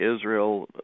Israel